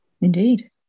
Indeed